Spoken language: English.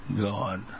God